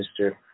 Mr